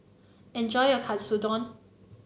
enjoy your Katsudon